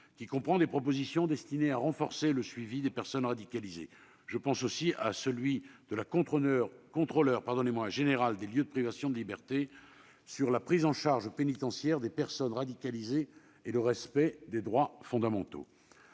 qui comprend des propositions destinées à renforcer le suivi des personnes radicalisées, comme au rapport de la contrôleure générale des lieux de privation de liberté sur la prise en charge pénitentiaire des personnes radicalisées et le respect des droits fondamentaux.